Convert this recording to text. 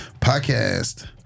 podcast